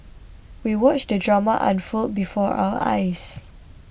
we watched the drama unfold before our eyes